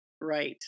right